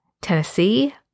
Tennessee